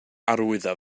arwyddo